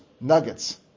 nuggets